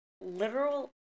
literal